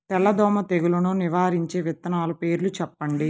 తెల్లదోమ తెగులును నివారించే విత్తనాల పేర్లు చెప్పండి?